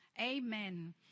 Amen